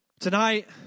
Tonight